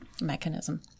mechanism